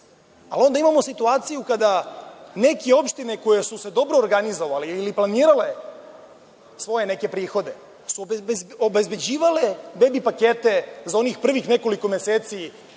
Onda imamo situaciju kada neke oštine koje su se dobro organizovale ili planirale svoje neke prihode su obezbeđivale bebi pakete za onih prvih nekoliko meseci,